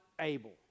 able